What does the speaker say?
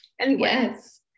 Yes